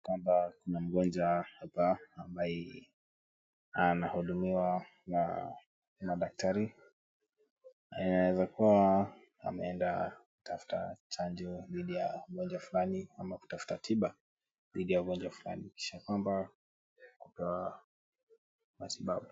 Kwamba kuna mgonjwa hapa ambaye anahudumiwa na daktari, na inaweza kuwa ameenda kutafuta chanjo dhidi ya ugonjwa fulani ama kutafuta tiba dhidi ya ugonjwa fulani kumanisha kwamba matibabu.